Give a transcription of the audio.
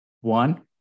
one